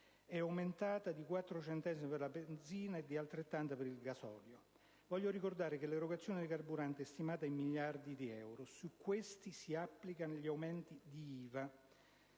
la benzina di 4 centesimi al litro, e di altrettanto per il gasolio. Voglio ricordare che l'erogazione dei carburanti è stimata in miliardi di litri, e su questi si applicano gli aumenti di IVA: